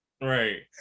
Right